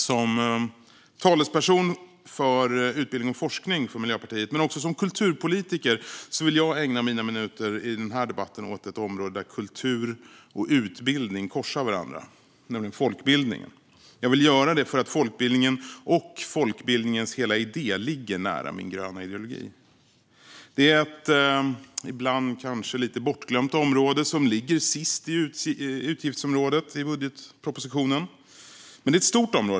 Som Miljöpartiets talesperson gällande utbildning och forskning, men också som kulturpolitiker, vill jag ägna mina minuter i den här debatten åt ett område där kultur och utbildning korsar varandra, nämligen folkbildningen. Jag vill göra det därför att folkbildningen och folkbildningens hela idé ligger nära min gröna ideologi. Detta är ett ibland kanske lite bortglömt område, som ligger sist i utgiftsområdet i budgetpropositionen, men det är ett stort område.